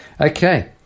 Okay